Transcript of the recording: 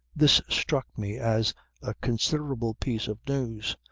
this struck me as a considerable piece of news.